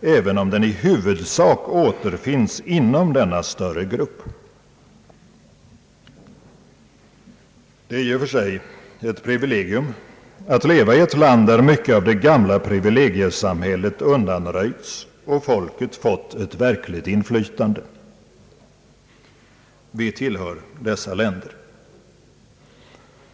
även om den i huvudsak återfinns inom denna större grupp. Det är i och för sig ett privilegium att leva i ett land där mycket av det gamla privilegiesamhället undanröjts och folket fått ett verkligt inflytande. Sverige tillhör dessa länder.